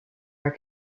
are